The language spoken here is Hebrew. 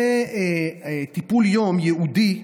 זה טיפול יום ייעודי.